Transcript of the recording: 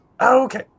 Okay